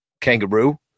kangaroo